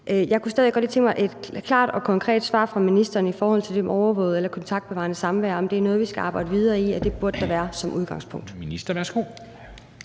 Jeg kunne stadig væk godt tænke mig et klart og konkret svar fra ministeren i forhold til det med overvåget eller kontaktbevarende samvær, altså om det er noget, vi skal arbejde videre med at der som udgangspunkt